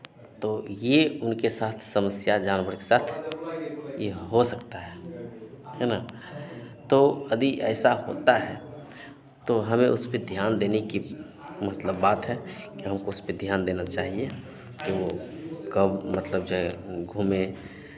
तो ये उनके साथ समस्या जानवर के साथ ये हो सकता है है ना तो कभी ऐसा होता है तो हमें उस पे ध्यान देने की मतलब बात है कि हमको उस पे ध्यान देना चाहिए तो कब मतलब जो है घूमें